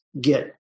get